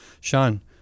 sean